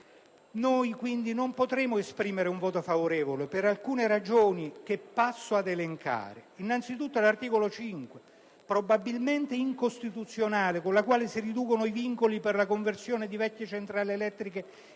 Pertanto, non potremo esprimere un voto favorevole per alcuni ragioni che passo ad elencare: anzitutto l'articolo 5-*bis*, probabilmente incostituzionale, con il quale si riducono i vincoli per la conversione di vecchie centrali elettriche inquinanti